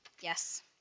Yes